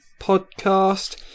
podcast